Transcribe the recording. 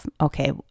Okay